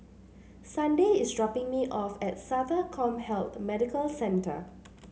Sunday is dropping me off at SATA CommHealth Medical Centre